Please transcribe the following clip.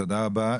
תודה רבה.